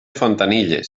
fontanilles